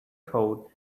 code